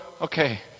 okay